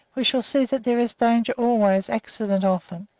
we shall see that there is danger always, accident often,